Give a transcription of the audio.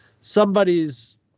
somebody's